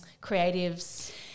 creatives